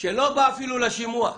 שלא בא אפילו לשימוע.